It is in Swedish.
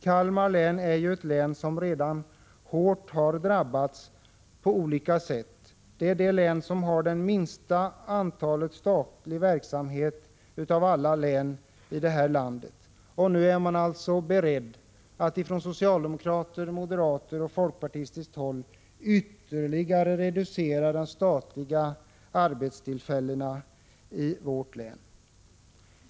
Kalmar län har redan drabbats hårt på olika sätt. Det är det län som har den minsta mängden statlig verksamhet av alla län i landet. Nu är alltså socialdemokrater, moderater och folkpartister beredda att ytterligare reducera de statliga arbetstillfällena i vårt län.